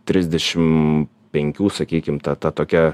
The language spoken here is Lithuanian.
trisdešim penkių sakykim ta ta tokia